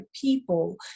people